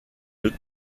deux